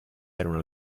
erano